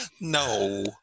No